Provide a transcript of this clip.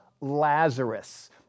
Lazarus